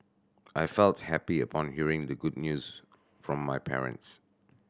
I felt happy upon hearing the good news from my parents